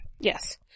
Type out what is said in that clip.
Yes